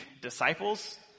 disciples